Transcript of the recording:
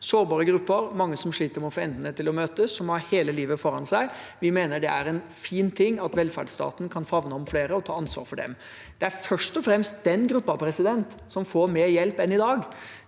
sårbare grupper og mange som sliter med å få endene til å møtes, og som har hele livet foran seg. Vi mener det er fint at velferdsstaten kan favne om flere og ta ansvar for dem. Det er først og fremst den gruppen som vil få mer hjelp enn i dag.